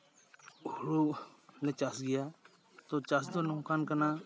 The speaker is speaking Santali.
ᱦᱩᱲᱩᱞᱮ ᱪᱟᱥ ᱜᱮᱭᱟ ᱛᱚ ᱪᱟᱥ ᱫᱚ ᱱᱚᱝᱠᱟᱱ ᱠᱟᱱᱟ